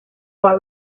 boy